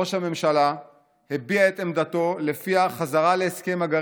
ראש הממשלה הביע את עמדתו שלפיה החזרה להסכם הגרעין,